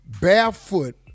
Barefoot